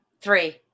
three